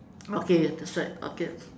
okay that's right okay